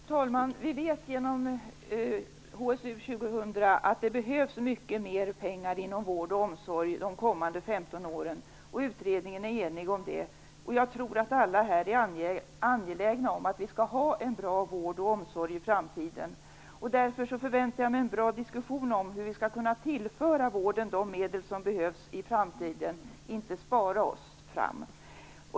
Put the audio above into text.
Fru talman! Vi vet genom HSU 2000 att det behövs mycket mer pengar inom vård och omsorg under de kommande 15 åren, vilket utredningen är enig om. Jag tror att alla här är angelägna om att vi skall ha en bra vård och omsorg i framtiden. Därför förväntar jag mig en bra diskussion om hur vi skall kunna tillföra vården de medel som behövs, inte om hur vi skall spara oss fram.